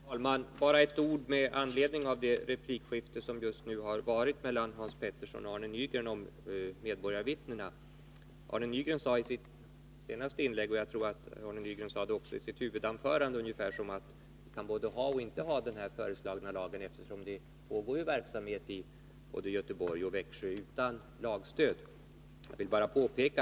Herr talman! Jag vill bara säga ett par ord med anledning av det replikskifte om medborgarvittnen som just har ägt rum mellan Hans Petersson i Röstånga och Arne Nygren. Arne Nygren sade i sitt senaste inlägg — jag tror att han också sade det i sitt huvudanförande — att vi både kan ha och inte ha den föreslagna lagen, eftersom det i både Göteborg och Växjö utan lagstöd pågår verksamhet med medborgarvittnen.